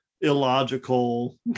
illogical